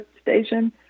station